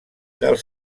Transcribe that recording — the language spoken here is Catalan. dels